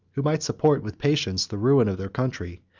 who might support with patience the ruin of their country,